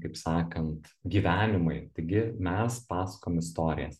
kaip sakant gyvenimai taigi mes pasakojam istorijas